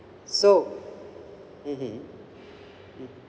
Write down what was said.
so mmhmm MM